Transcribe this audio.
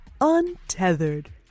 Untethered